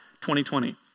2020